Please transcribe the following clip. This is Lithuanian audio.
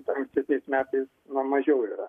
ankstesniais metais na mažiau yra